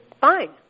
fine